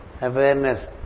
awareness